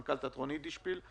מנכ"ל תיאטרון יידישפיל,